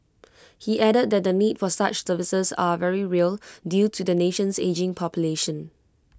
he added that the need for such services are very real due to the nation's ageing population